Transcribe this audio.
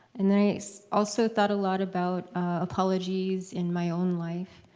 and then i also thought a lot about apologies in my own life.